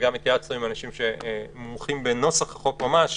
וגם התייעצנו עם אנשים שמומחים בנוסח החוק ממש,